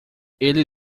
ele